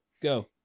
go